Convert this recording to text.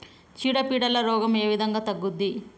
చీడ పీడల రోగం ఏ విధంగా తగ్గుద్ది?